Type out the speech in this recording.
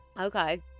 Okay